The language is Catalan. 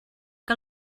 que